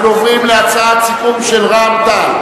אנחנו עוברים להצעת סיכום של רע"ם-תע"ל.